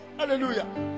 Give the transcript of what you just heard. hallelujah